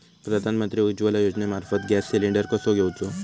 प्रधानमंत्री उज्वला योजनेमार्फत gas cylinder कसो घेऊचो?